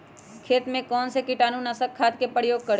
खेत में कौन से कीटाणु नाशक खाद का प्रयोग करें?